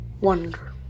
wonder